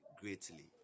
greatly